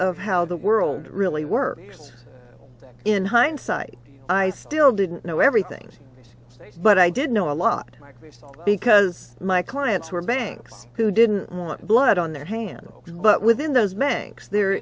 of how the world really works in hindsight i still didn't know everything's safe but i did know a lot because my clients were banks who didn't want blood on their hands but within those men there